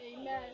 Amen